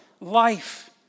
life